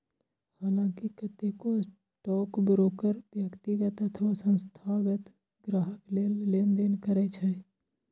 हलांकि कतेको स्टॉकब्रोकर व्यक्तिगत अथवा संस्थागत ग्राहक लेल लेनदेन करै छै